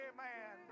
Amen